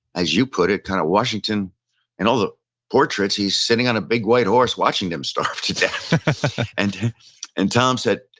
as you put it, kind of washington in all the portraits he's sitting on a big white horse watching them starve to death and and tom said,